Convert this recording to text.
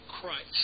Christ